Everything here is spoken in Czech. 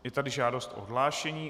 Je tady žádost o odhlášení.